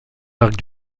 arcs